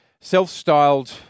self-styled